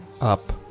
up